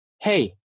hey